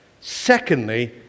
Secondly